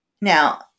Now